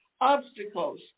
obstacles